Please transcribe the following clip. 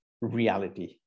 reality